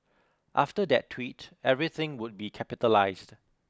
after that tweet everything would be capitalised